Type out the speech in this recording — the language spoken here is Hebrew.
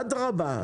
אדרבא.